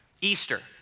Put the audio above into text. Easter